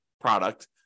product